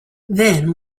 then